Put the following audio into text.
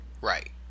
Right